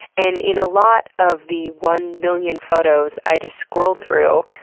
and in a lot of the one million photos i just scrolled through,